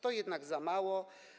To jednak za mało.